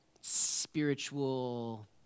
spiritual